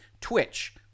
Twitch